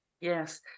Yes